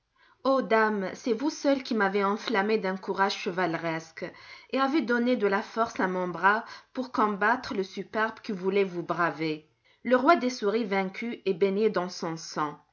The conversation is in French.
ô dame c'est vous seule qui m'avez enflammé d'un courage chevaleresque et avez donné de la force à mon bras pour combattre le superbe qui voulait vous braver le roi des souris vaincu est baigné dans son sang